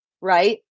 Right